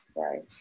Right